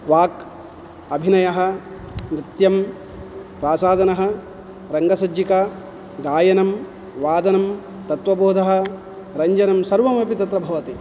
वाक् अभिनयः नृत्यं प्रासादनः रङ्गसज्जिका गायनं वादनं तत्वबोधः रञ्जनं सर्वमपि तत्र भवति